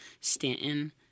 Stanton